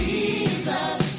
Jesus